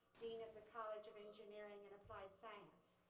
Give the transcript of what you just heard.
dean of the college of engineering and applied science.